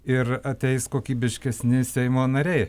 ir ateis kokybiškesni seimo nariai